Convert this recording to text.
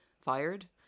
fired